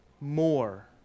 more